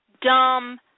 Dumb